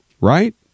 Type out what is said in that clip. right